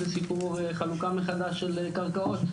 זה סיפור חלוקה מחדש של קרקעות,